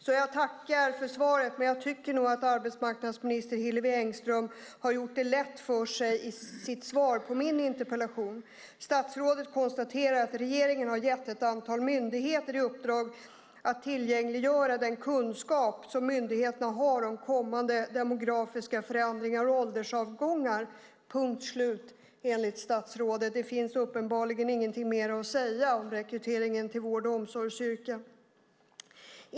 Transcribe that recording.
Jag tackar för svaret, men jag tycker nog att arbetsmarknadsminister Hillevi Engström har gjort det lätt för sig i sitt svar på min interpellation. Statsrådet konstaterar att regeringen har gett ett antal myndigheter i uppdrag att tillgängliggöra den kunskap som myndigheterna har om kommande demografiska förändringar och åldersavgångar. Punkt slut, enligt statsrådet. Det finns uppenbarligen ingenting mer att säga om rekryteringen till vård och omsorgsyrken.